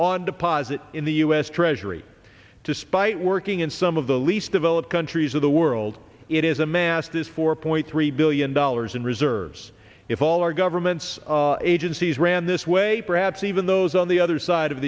on deposit in the us treasury despite working in some of the least developed countries of the world it is a mass this four point three billion dollars in reserves if all our governments agencies ran this way perhaps even those on the other side of